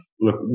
look